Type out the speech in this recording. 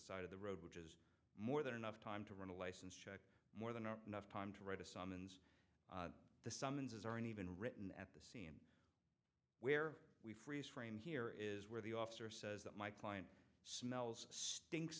side of the road which is more than enough time to run a license check more than enough time to write a summons the summons aren't even written at the where we freeze frame here is where the officer says that my client smells stinks